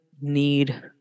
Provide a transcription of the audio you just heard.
need